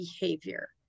behavior